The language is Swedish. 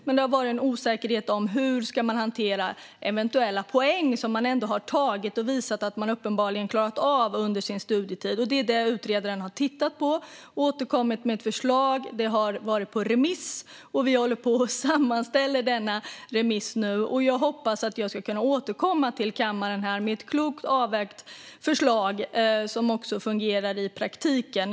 Men det har funnits en osäkerhet vad gäller hur eventuella poäng ska hanteras. Det är poäng som man ändå har tagit och visat att man har klarat av under sin studietid. Utredaren har tittat på det och återkommit med ett förslag. Det har varit på remiss. Vi håller nu på och sammanställer remissvaren. Jag hoppas kunna återkomma till kammaren med ett klokt avvägt förslag som också fungerar i praktiken.